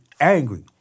angry